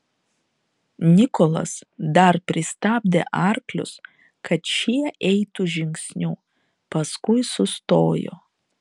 nikolas dar pristabdė arklius kad šie eitų žingsniu paskui sustojo